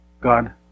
God